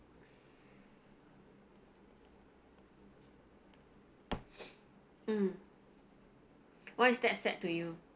mm why is that sad to you